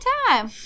time